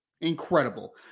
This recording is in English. Incredible